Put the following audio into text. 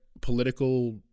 political